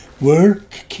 work